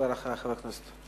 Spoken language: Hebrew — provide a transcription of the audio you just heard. חברי חברי הכנסת,